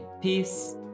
peace